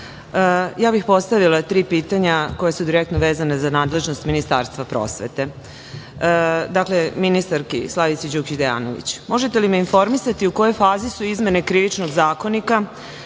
bih postavila tri pitanja koja su direktno vezana za nadležnost Ministarstva prosvete, ministarki Slavici Đukić Dejanović. Možete li me informisati u kojoj fazi su izmene Krivičnog zakonika,